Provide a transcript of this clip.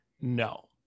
no